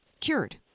cured